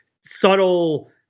subtle